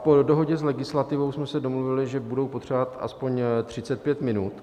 Po dohodě s legislativou jsme se domluvili, že budou potřebovat aspoň 35 minut.